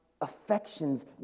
Affections